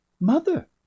Mother